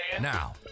now